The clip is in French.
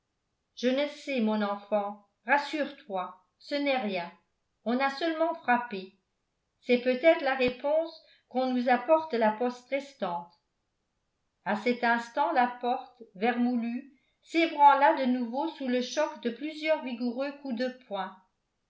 je ne sais mon enfant rassure-toi ce n'est rien on a seulement frappé c'est peut-être la réponse qu'on nous apporte de la poste restante à cet instant la porte vermoulue s'ébranla de nouveau sous le choc de plusieurs vigoureux coups de poing